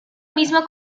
mismo